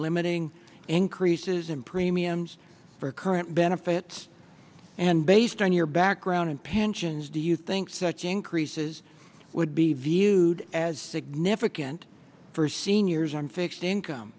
limiting increases in premiums for current benefits and based on your background and pensions do you think such increases would be viewed as significant for seniors on fixed income